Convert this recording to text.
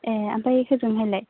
ए ओमफ्राय होजोंहायलाय